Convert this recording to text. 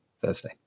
Thursday